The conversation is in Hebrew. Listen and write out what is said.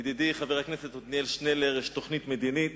ידידי חבר הכנסת עתניאל שנלר, יש תוכנית מדינית